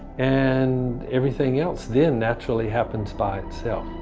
and everything else then naturally happens by itself.